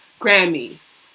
Grammys